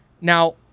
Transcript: Now